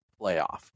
playoff